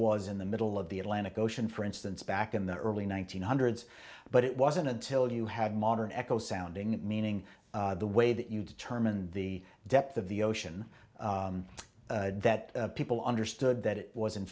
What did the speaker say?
was in the middle of the atlantic ocean for instance back in the early one nine hundred but it wasn't until you have modern eco sounding meaning the way that you determine the depth of the ocean that people understood that it was in